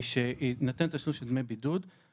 היא שיינתן את האישור של דמי בידוד אך